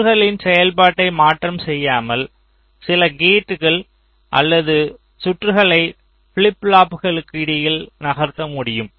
சுற்றுகளின் செயல்பாட்டை மாற்றம் செய்யாமல் சில கேட்கள் அல்லது சுற்றுகளை ஃபிளிப் ஃப்ளாப்புகளுக்கு இடையில் நகர்த்த முடியும்